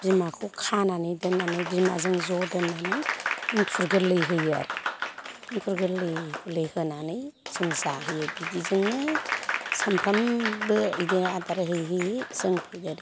बिमाखौ खानानै दोननानै बिमाजों ज' दोननानै एंखुर गोरलै होयो आरो एंखुर गोरलै गोरलै होनानै जों जाहोयो बिदिजोंनो सामफ्रामबो बेदि आदार होयै होयै जों फेदेरो